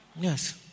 yes